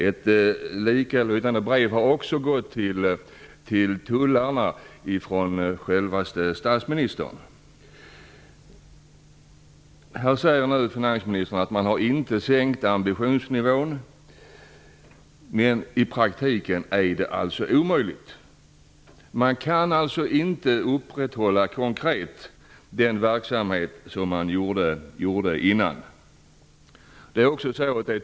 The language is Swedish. Ett likalydande brev har också gått ut till tullarna från självaste statsministern. Här säger nu finansministern att ambitionsnivån inte har sänkts. Men i praktiken är det omöjligt att upprätthålla den verksamhet som fanns tidigare.